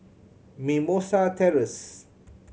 Mimosa Terrace